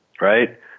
right